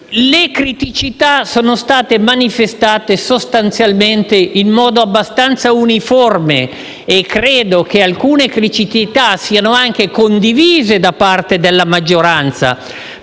Le criticità sono state manifestate sostanzialmente in modo abbastanza uniforme e credo che alcune di esse siano anche condivisi da parte della maggioranza.